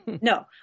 No